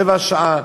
15 דקות,